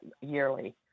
yearly